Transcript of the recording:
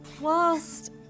whilst